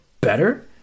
better